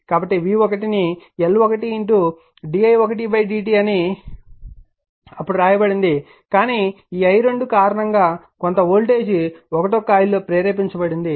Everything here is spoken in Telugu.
కాబట్టి v1 ను L1di1dt అని అప్పుడు వ్రాయబడింది కానీ ఈ i2 కారణంగా కొంత వోల్టేజ్ కాయిల్ 1 లో ప్రేరేపించబడింది